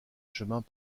chemins